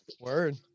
word